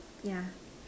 yeah